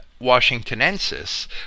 Washingtonensis